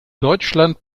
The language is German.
deutschland